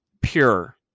pure